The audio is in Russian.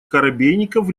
коробейников